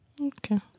Okay